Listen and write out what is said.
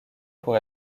pour